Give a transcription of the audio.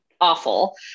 awful